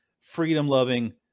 freedom-loving